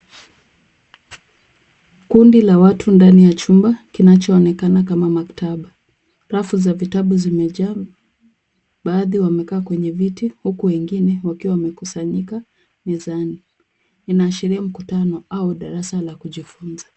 Kundi la watu ndani ya chumba kinachoonekana kama maktaba. Rafu za vitabu zimejaa , baadhi wamekaa kwenye viti huku wengine wakiwa wamekusanyika mezani. Inaashiria mkutano au darasa la kujifunza.